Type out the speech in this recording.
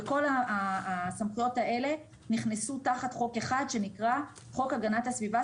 כל הסמכויות האלה נכנסו תחת חוק אחד שנקרא חוק הגנת הסביבה,